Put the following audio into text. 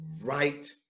right